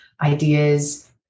ideas